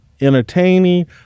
entertaining